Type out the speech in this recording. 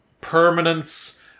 permanence